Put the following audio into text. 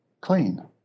clean